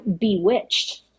Bewitched